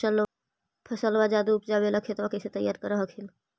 फसलबा ज्यादा उपजाबे ला खेतबा कैसे तैयार कर हखिन?